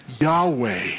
Yahweh